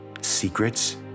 secrets